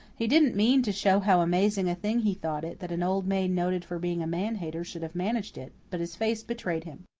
he didn't mean to show how amazing a thing he thought it that an old maid noted for being a man hater should have managed it, but his face betrayed him.